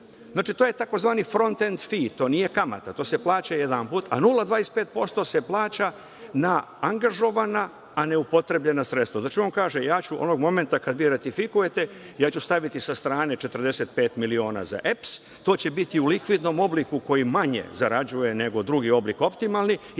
Znači to je tzv „front and fee“, to nije kamata, to se plaća jedanput, a 0,25% se plaća na angažovana a neupotrebljena sredstva. Znači, on kaže – ja ću onog momenta kada vi ratifikujete ja ću staviti sa strane 45 miliona za EPS, to će biti u likvidnom obliku koji manje zarađuje nego drugi oblik optimalni,